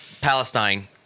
Palestine